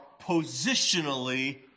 positionally